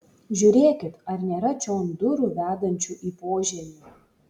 žiūrėkit ar nėra čion durų vedančių į požemį